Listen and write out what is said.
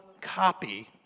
copy